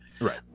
Right